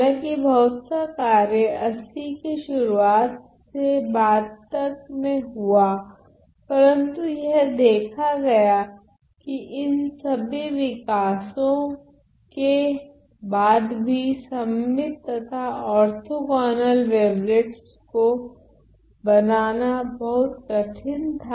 हालांकि बहुत सा कार्य 80 के शुरुआत से बाद तक मे हुआ परंतु यह देखा गया की इन सभी विकसो के बाद भी सममित तथा ओर्थोगोनल वेवलेट्स को बनाना बहुत कठिन था